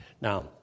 Now